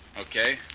Okay